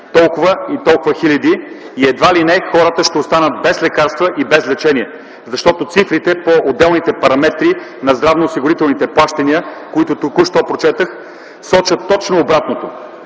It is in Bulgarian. толкова и толкова хиляди и едва ли не хората ще останат без лекарства и без лечение. Цифрите по отделните параметри на здравноосигурителните плащания, които току-що прочетох, сочат точно обратното.